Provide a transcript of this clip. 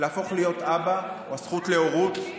להפוך להיות אבא, או הזכות להורות,